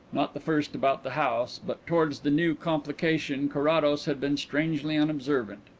not the first about the house, but towards the new complication carrados had been strangely unobservant.